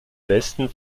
westen